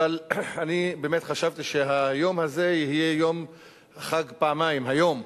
אבל אני באמת חשבתי שהיום הזה יהיה יום חג פעמיים היום.